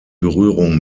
berührung